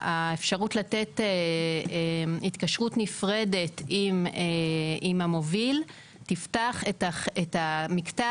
האפשרות לתת התקשרות נפרדת עם המוביל תפתח את המקטע